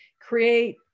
create